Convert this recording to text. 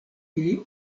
ili